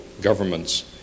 governments